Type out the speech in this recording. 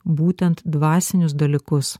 būtent dvasinius dalykus